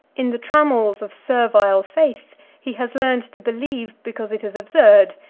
in the trammels of servile faith, he has learned to believe because it is absurd,